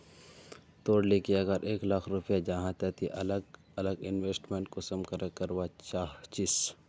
तोर लिकी अगर एक लाख रुपया जाहा ते ती अलग अलग इन्वेस्टमेंट कुंसम करे करवा चाहचिस?